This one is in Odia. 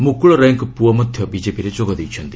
ମୁକୁଳ ରାୟଙ୍କ ପୁଅ ମଧ୍ୟ ବିଜେପିରେ ଯୋଗ ଦେଇଛନ୍ତି